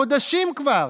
חודשים כבר.